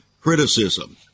criticism